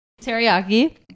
Teriyaki